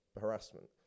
harassment